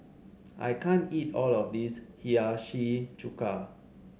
I can't eat all of this Hiyashi Chuka